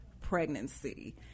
pregnancy